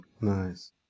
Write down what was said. Nice